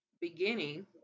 beginning